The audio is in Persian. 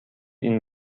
این